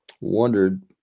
wondered